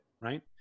right